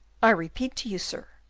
i repeat to you, sir,